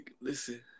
listen